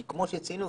כי כמו שציינו,